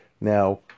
Now